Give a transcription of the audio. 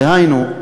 דהיינו,